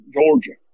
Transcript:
Georgia